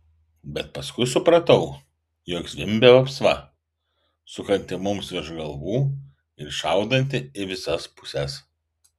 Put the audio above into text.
bet paskui supratau jog zvimbia vapsva sukanti mums virš galvų ir šaudanti į visas puses